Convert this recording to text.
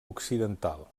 occidental